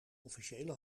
officiële